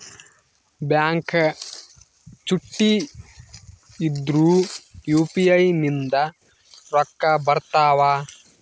Bank ಚುಟ್ಟಿ ಇದ್ರೂ UPI ನಿಂದ ರೊಕ್ಕ ಬರ್ತಾವಾ?